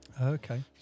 Okay